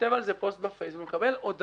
וכותב על זה פוסט בפייסבוק ומקבל הודעות